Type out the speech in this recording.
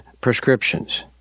prescriptions